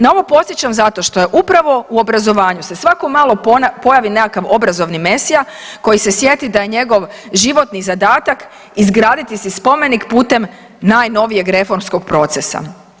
Na ovo podsjećam zato što je upravo u obrazovanju se svako malo pojavi nekakav obrazovni mesija koji se sjeti da je njegov životni zadatak izgraditi si spomenik putem najnovijeg reformskog procesa.